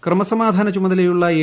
ക്രമാസമാധാന ചുമതലയുളള എ